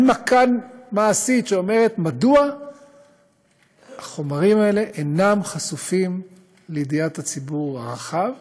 הנמקה מעשית שאומרת מדוע החומרים האלה אינם חשופים לידיעת הציבור הרחב,